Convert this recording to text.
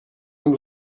amb